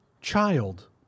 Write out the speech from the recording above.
child